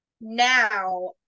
now